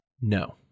No